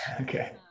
Okay